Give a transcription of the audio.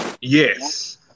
Yes